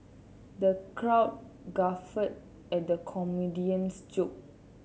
the crowd guffawed at the comedian's joke